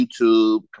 YouTube